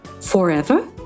forever